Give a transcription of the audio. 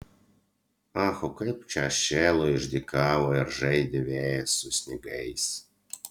ach o kaip čia šėlo išdykavo ir žaidė vėjas su sniegais